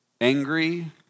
angry